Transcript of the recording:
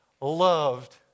loved